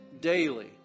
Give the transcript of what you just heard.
daily